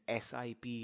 SIP